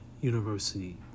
University